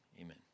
Amen